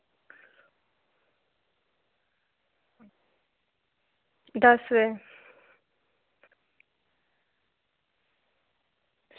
दस्स बजे